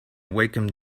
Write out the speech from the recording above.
wacom